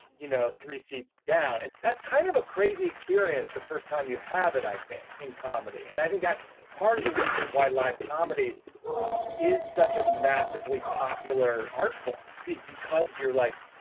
you know, three seats down. and that's kind of a crazy experience. the first time you have it, i think in comedy. and i think that's part of the reason why live comedy is such a massively popular art form is because you're like,